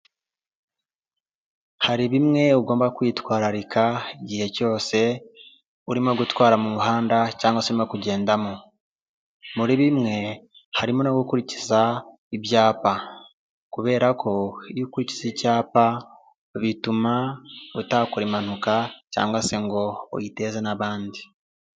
Hari bimwe ugomba kwitwararika igihe cyose urimo gutwara mu muhanda cyangwa se urimo kugendamo. Muri bimwe, harimo no gukurikiza ibyapa. Kubera ko iyo ukurikije icyapa bituma utakora impanuka cyangwa se ngo uyiteze n'abandi.